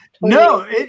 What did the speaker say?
No